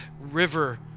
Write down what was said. river